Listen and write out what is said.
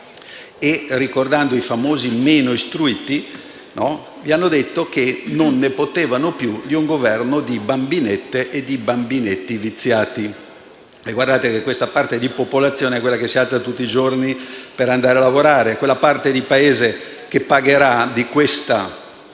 Inoltre, i famosi meno istruiti vi hanno detto che non ne possono più di un Governo di bambinette e di bambinetti viziati. E vi ricordo che questa parte di popolazione si alza tutti i giorni per andare a lavorare. È quella parte di Paese che di questa